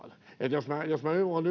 jos minä olen ymmärtänyt